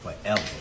forever